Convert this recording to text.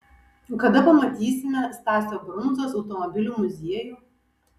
o kada pamatysime stasio brundzos automobilių muziejų